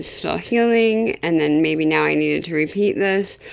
still healing and then maybe now i needed to repeat this.